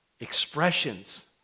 Expressions